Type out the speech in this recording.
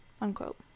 Unquote